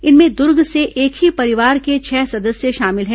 इनमें दुर्ग से एक ही परिवार के छह सदस्य शामिल हैं